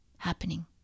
happening